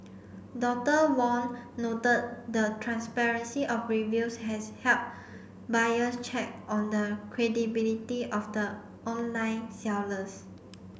Doctor Wong noted the transparency of reviews has helped buyers check on the credibility of the online sellers